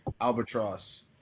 Albatross